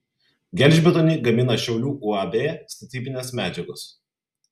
gelžbetonį gamina šiaulių uab statybinės medžiagos